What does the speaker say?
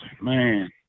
Man